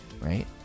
right